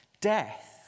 Death